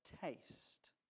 taste